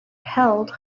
held